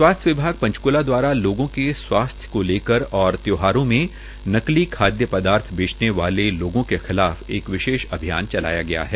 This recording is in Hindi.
स्वास्थ्य विभाग पंचकूला द्वारा लोगों के स्वास्थ्य को लेकर और त्यौहारों में नकली खादय पदार्थ बेचने वाले लोगों के खिलाफ एक विशेष अभियान चलाया गया है